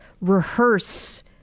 rehearse